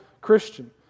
Christian